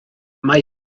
mae